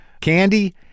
candy